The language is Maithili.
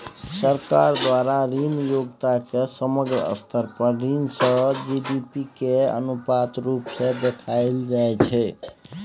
सरकार द्वारा ऋण योग्यता केर समग्र स्तर पर ऋण सँ जी.डी.पी केर अनुपात रुप सँ देखाएल जाइ छै